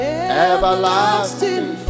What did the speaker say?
everlasting